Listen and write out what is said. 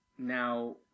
now